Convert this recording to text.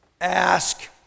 Ask